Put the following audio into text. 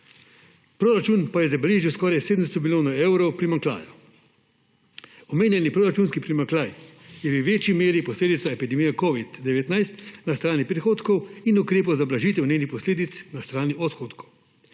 proračun pa je zabeležil skoraj 700 milijonov evrov primanjkljaja. Omenjeni proračunski primanjkljaj je v večji meri posledica epidemije covida-19 na strani prihodkov in ukrepov za blažitev njenih posledic na strani odhodkov,